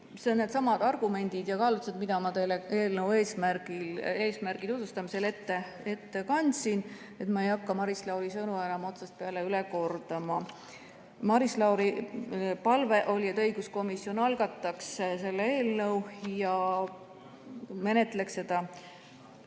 Tal olid needsamad argumendid ja kaalutlused, mida ma teile eelnõu eesmärgi tutvustamisel ette kandsin. Ma ei hakka Maris Lauri sõnu otsast peale üle kordama. Maris Lauri palve oli, et õiguskomisjon algataks selle eelnõu ja menetleks seda